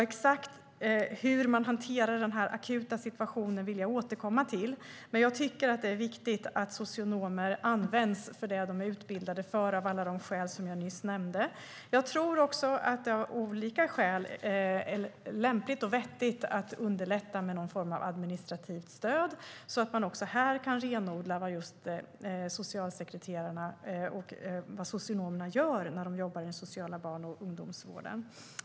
Exakt hur man hanterar den akuta situationen vill jag återkomma till, men jag tycker att det är viktigt att socionomer används till vad de är utbildade för av alla de skäl jag nyss nämnde. Jag tror också att det av olika skäl är lämpligt och vettigt att underlätta med någon form av administrativt stöd så att det även här går att renodla vad socialsekreterarna och socionomerna gör när de jobbar i den sociala barn och ungdomsvården.